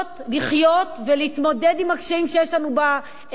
לחיות ולהתמודד עם הקשיים שיש לנו בחיים,